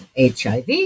HIV